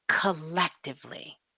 collectively